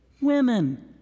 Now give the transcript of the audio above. women